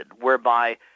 whereby